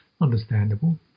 Understandable